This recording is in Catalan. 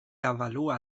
avalua